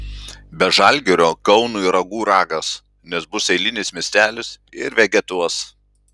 be žalgirio kaunui ragų ragas nes bus eilinis miestelis ir vegetuos